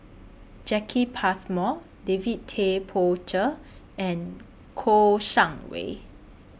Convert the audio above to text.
Jacki Passmore David Tay Poey Cher and Kouo Shang Wei